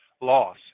loss